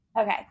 Okay